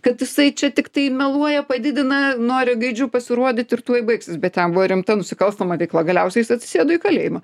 kad jisai čia tiktai meluoja padidina nori gaidžiu pasirodyt ir tuoj baigsis bet ten buvo rimta nusikalstama veikla galiausiai jis atsisėdo į kalėjimą